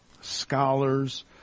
scholars